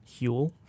Huel